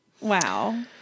Wow